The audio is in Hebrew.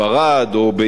או ביוון,